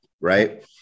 right